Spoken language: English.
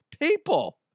people